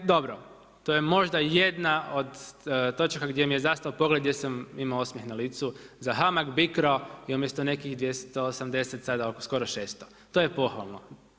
Dobro to je možda jedna od točaka gdje mi je zastao pogled gdje sam imao osmijeh na licu, za HAMAG BICRO je umjesto nekih 280 sada skoro oko 600 to je pohvalno.